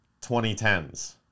2010s